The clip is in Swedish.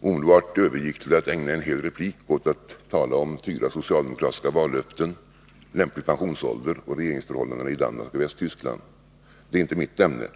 omedelbart övergick till att ägna en hel replik åt att tala om fyra socialdemokratiska vallöften, lämplig pensionsålder och regeringsförhållandena i Danmark och Västtyskland. Det är inte mitt ämne.